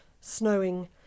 snowing